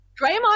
Draymond